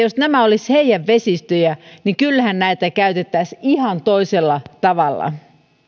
jos nämä olisivat heidän vesistöjään niin kyllähän näitä käytettäisiin ihan toisella tavalla